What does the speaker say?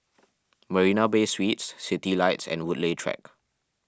Marina Bay Suites Citylights and Woodleigh Track